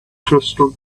crystal